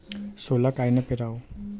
सोला कायनं पेराव?